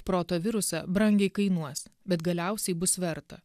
proto virusą brangiai kainuos bet galiausiai bus verta